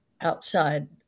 outside